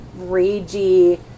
ragey